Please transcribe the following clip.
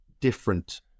different